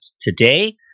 today